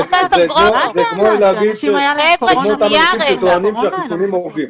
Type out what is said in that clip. זה כמו אותם אנשים שטוענים שהחיסונים הורגים,